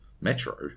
metro